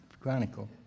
Chronicle